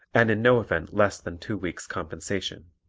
and in no event less than two weeks' compensation.